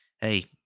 hey